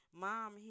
Mom